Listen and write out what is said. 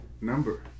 number